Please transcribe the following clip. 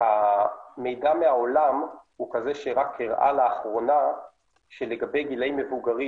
המידע מהעולם הוא כזה שרק הראה לאחרונה שלגבי גילאים מבוגרים,